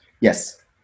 Yes